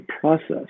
process